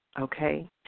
okay